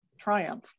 triumph